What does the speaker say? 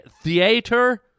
theater